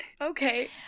okay